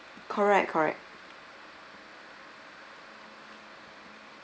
correct correct